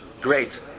great